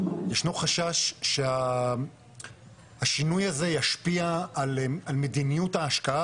ישנו חשש שהשינוי הזה ישפיע על מדיניות ההשקעה